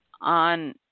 on